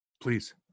Please